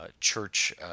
church